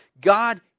God